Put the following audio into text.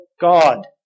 God